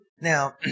Now